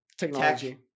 Technology